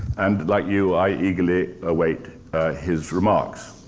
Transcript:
and like you, i eagerly await his remarks.